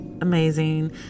amazing